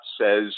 says